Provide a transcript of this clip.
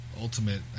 ultimate